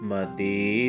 Mati